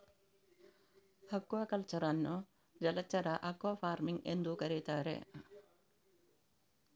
aquaculture ಅನ್ನು ಜಲಚರ aquafarming ಎಂದೂ ಕರೆಯುತ್ತಾರೆ